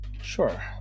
sure